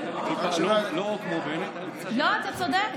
דבריי, לא, אתה צודק.